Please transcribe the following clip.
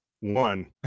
One